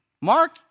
Mark